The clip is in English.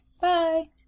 Bye